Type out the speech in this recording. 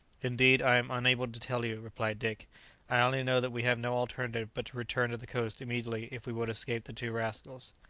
indeed i am unable to tell you, replied dick i only know that we have no alternative but to return to the coast immediately if we would escape the two rascals.